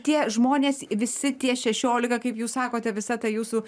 tie žmonės visi tie šešiolika kaip jūs sakote visa ta jūsų